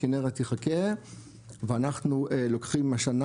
הכנרת תחכה ואנחנו לוקחים השנה,